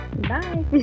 bye